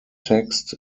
text